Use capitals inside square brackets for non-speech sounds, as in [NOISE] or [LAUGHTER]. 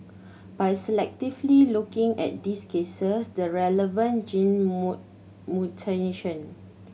by selectively looking at these cases the relevant gene [UNINTELLIGIBLE] mutation